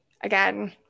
again